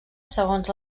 segons